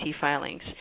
filings